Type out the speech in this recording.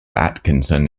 atkinson